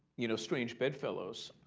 you know, strange bedfellows,